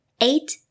Eight